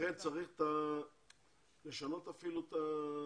לכן צריך לשנות את הנוסח,